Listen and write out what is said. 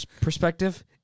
perspective